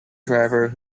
driver